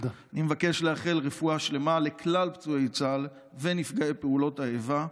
אני מבקש לאחל רפואה שלמה לכלל פצועי צה"ל ונפגעי פעולות האיבה,